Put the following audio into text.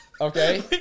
Okay